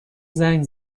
زنگ